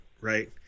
right